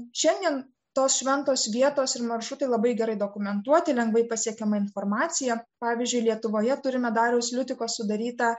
šiandien tos šventos vietos ir maršrutai labai gerai dokumentuoti lengvai pasiekiama informacija pavyzdžiui lietuvoje turime dariaus liutiko sudarytą